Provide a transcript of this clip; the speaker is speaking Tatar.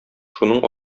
шуның